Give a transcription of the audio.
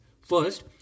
first